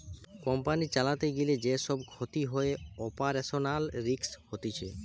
company চালাতে গিলে যে সব ক্ষতি হয়ে অপারেশনাল রিস্ক হতিছে